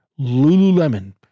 Lululemon